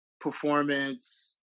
performance